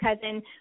cousin